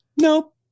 Nope